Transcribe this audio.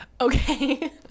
Okay